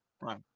Right